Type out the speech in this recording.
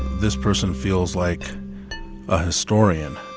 this person feels like a historian